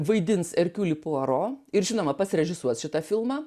vaidins erkiulį puaro ir žinoma pats režisuos šitą filmą